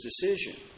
decision